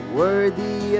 worthy